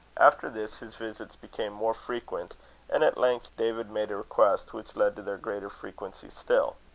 after this, his visits became more frequent and at length david made a request which led to their greater frequency still.